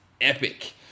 epic